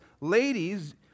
ladies